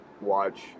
Watch